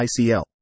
ICL